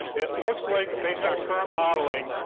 it looks like, based on current modeling,